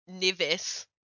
Nivis